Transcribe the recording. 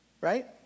right